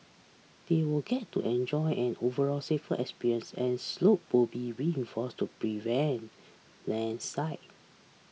they will get to enjoy an overall safer experience as slope will be reinforced to prevent landslide